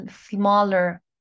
smaller